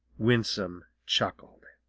winsome chuckled.